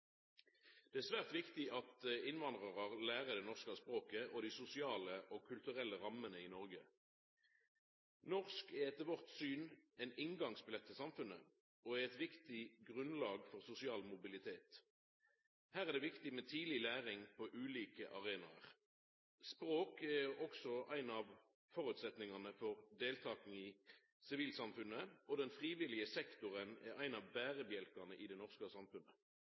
Det er svært viktig at innvandrarar lærer det norske språket og dei sosiale og kulturelle rammene i Noreg. Norsk er etter vårt syn ein inngangsbillett til samfunnet og eit viktig grunnlag for sosial mobilitet. Her er det viktig med tidleg læring på ulike arenaer. Språk er også ein av føresetnadene for deltaking i sivilsamfunnet. Den frivillige sektoren er ein av berebjelkane i det norske samfunnet.